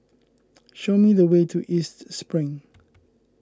show me the way to East Spring